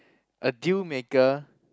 a deal maker